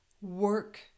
work